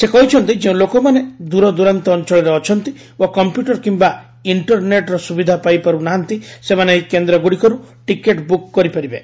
ସେ କହିଛନ୍ତି ଯେଉଁ ଲୋକମାନେ ଦୂରଦୂରାନ୍ତ ଅଞ୍ଚଳରେ ଅଛନ୍ତି ଓ କମ୍ପ୍ୟୁଟର କିମ୍ବା ଇଷ୍ଟରନେଟ୍ର ସୁବିଧା ପାଇପାରୁ ନାହାନ୍ତି ସେମାନେ ଏହି କେନ୍ଦ୍ରଗୁଡ଼ିକରୁ ଟିକେଟ୍ ବୁକ୍ କରିପାରିବେ